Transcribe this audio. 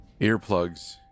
earplugs